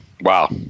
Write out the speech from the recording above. Wow